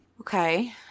Okay